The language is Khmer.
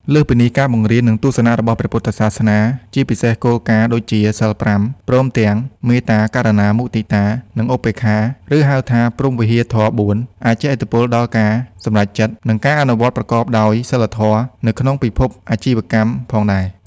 លើសពីនេះ ការបង្រៀន និងទស្សនៈរបស់ព្រះពុទ្ធសាសនា ជាពិសេសគោលការណ៍ដូចជា សីល៥ ព្រមទាំង មេត្តា ករុណា មុទិតា និងឧបេក្ខា ឬ ហៅថា ព្រហ្មវិហារធម៌៤ អាចជះឥទ្ធិពលដល់ការសម្រេចចិត្ត និង ការអនុវត្តប្រកបដោយសីលធម៌ នៅក្នុងពិភពអាជីវកម្មផងដែរ។